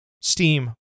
steam